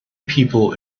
people